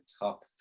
top